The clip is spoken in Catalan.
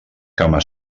cama